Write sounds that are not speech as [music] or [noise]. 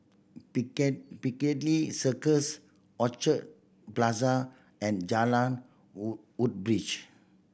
[unintelligible] Piccadilly Circus Orchard Plaza and Jalan Wood Woodbridge